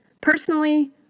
Personally